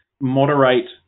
moderate